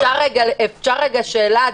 שאלת